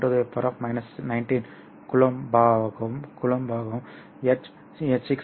6 10 19 கூலொம்பாகவும் h 6